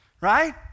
right